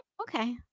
Okay